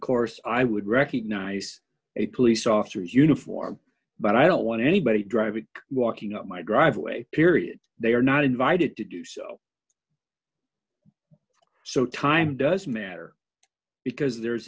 course i would recognize a police officer's uniform but i don't want anybody driving walking up my driveway period they are not invited to do so so time doesn't matter because there's